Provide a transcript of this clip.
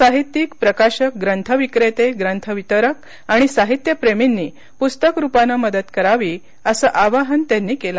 साहित्यिक प्रकाशक ग्रंथविक्रेते ग्रंथवितरक आणि साहित्यप्रेमींनी पुस्तकरूपानं मदत करावी असं आवाहन त्यांनी केलं